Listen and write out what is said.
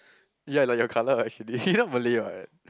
ya like your colour actually you're not malay what